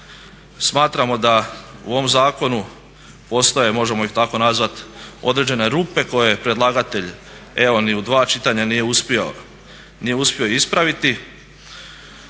smatramo da u ovom zakonu ostaje, možemo ih tako nazvati, određene rupe koje predlagatelj, evo ni u dva čitanja nije uspio ispraviti.